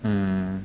mm